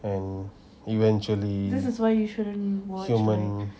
and eventually human